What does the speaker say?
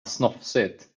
snofsigt